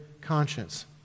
conscience